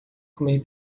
comer